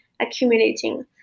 accumulating